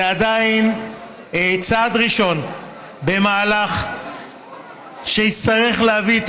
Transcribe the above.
זה עדיין צעד ראשון במהלך שיצטרך להביא את